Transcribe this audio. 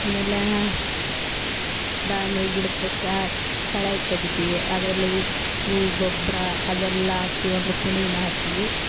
ಆಮೇಲೇ ದಾಳಿಂಬೆ ಗಿಡಕ್ಕೆ ಕಳೆ ತೆಗಿತೀವಿ ಅದ್ರಲ್ಲಿ ಉಪ್ಪು ಗೊಬ್ಬರ ಅದೆಲ್ಲ ಹಾಕಿ ಒಂದು ಕುಣಿ ಮಾಡ್ತೀವಿ